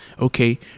okay